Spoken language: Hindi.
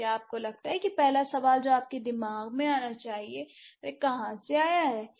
तो क्या आपको लगता है कि पहला सवाल जो आपके दिमाग में आना चाहिए वह कहां से आया है